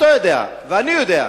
אתה יודע ואני יודע,